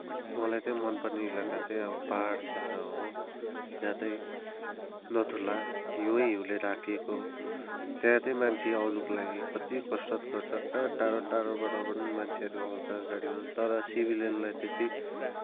मलाई चाहिँ मनपर्ने इलाका चाहिँ अब पहाड क्षेत्र हो जहाँ चाहिँ नथुला हिउँ नै हिउँले ढाकिएको त्यहाँ चाहिँ मान्छेले आउनको लागि कति कसरत गर्छ कहाँ टाढा टाढाबाट पनि मान्छेहरू आउँछ गाडीमा तर सिभिलियनलाई त्यति